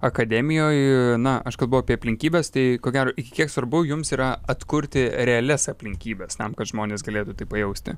akademijoj na aš kalbu apie aplinkybes tai ko gero iki kiek svarbu jums yra atkurti realias aplinkybes tam kad žmonės galėtų tai pajausti